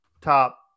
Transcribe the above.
top